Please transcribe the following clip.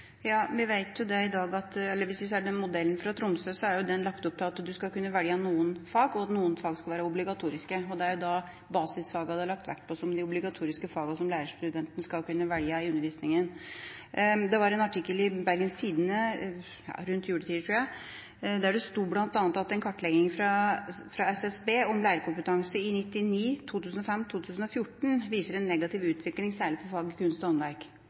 i skolen. Hvis vi ser den modellen fra Tromsø, så er jo den lagt opp til at en skal kunne velge noen fag, og at noen fag skal være obligatoriske. Det er basisfagene det da er lagt vekt på som de obligatoriske fagene som lærerstudentene skal kunne velge i undervisningen. Det var en artikkel i Bergens Tidende rundt juletider, tror jeg, der det bl.a. sto at en kartlegging fra SSB om lærerkompetanse i 1999, 2005 og 2014 viser en negativ utvikling, særlig for fagene kunst og håndverk.